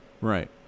Right